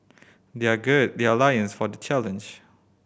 their gird their loins for the challenge